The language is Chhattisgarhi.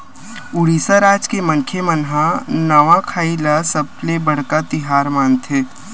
उड़ीसा राज के मनखे मन ह नवाखाई ल सबले बड़का तिहार मानथे